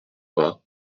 vingts